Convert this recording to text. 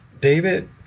David